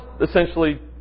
essentially